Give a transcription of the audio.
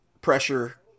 pressure